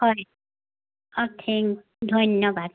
হয় অ'কে ধন্যবাদ